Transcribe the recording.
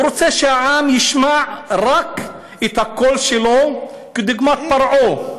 הוא רוצה שהעם ישמע רק את הקול שלו, כדוגמת פרעה,